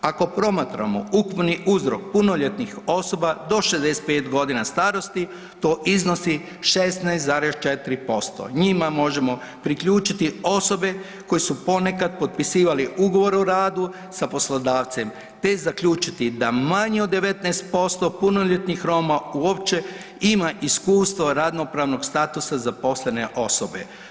Ako promatramo ukupni uzrok punoljetnih osoba do 65.g. starosti to iznosi 16.4% Njima možemo priključiti osobe koje su ponekad potpisivali ugovor o radu sa poslodavcem te zaključiti da manje od 19% punoljetnih Roma uopće ima iskustva radnopravnog zaposlene osobe.